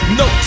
no